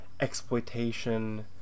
exploitation